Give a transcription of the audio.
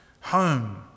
home